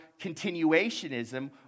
continuationism